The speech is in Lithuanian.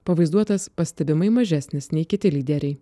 pavaizduotas pastebimai mažesnis nei kiti lyderiai